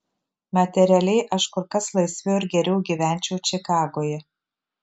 materialiai aš kur kas laisviau ir geriau gyvenčiau čikagoje